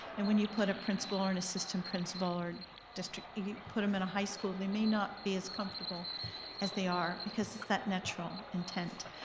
and when you put a principal or an assistant principal or district, you put em in a high school, they may not be as comfortable as they are because it's that natural intent.